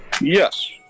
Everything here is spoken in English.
Yes